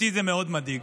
אותי זה מאוד מדאיג.